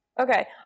Okay